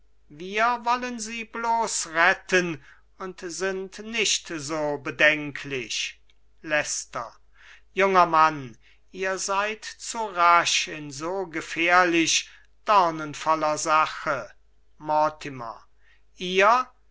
wir wollen sie bloß retten und sind nicht so bedenklich leicester junger mann ihr seid zu rasch in so gefährlich dornenvoller sache mortimer ihr